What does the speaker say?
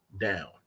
down